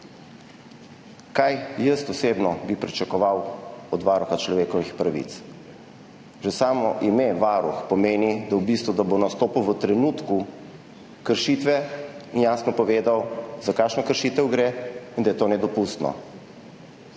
Kaj bi jaz osebno pričakoval od Varuha človekovih pravic? Že samo ime Varuh pomeni, da bo nastopil v trenutku kršitve in jasno povedal, za kakšno kršitev gre in da je to nedopustno.